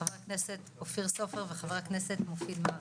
חבר הכנסת אופיר סופר וחבר הכנסת מופיד מרעי.